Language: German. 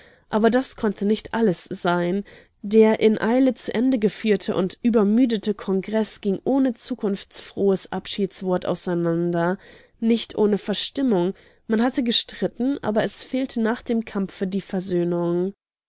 aber das konnte nicht alles sein der in eile zu ende geführte und übermüdete kongreß ging ohne zukunftsfrohes abschiedswort auseinander nicht ohne verstimmung man hatte gestritten aber es fehlte nach dem kampfe die versöhnung